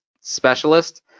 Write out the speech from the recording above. specialist